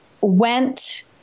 went